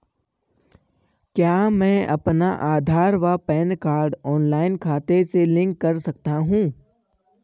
क्या मैं अपना आधार व पैन कार्ड ऑनलाइन खाते से लिंक कर सकता हूँ?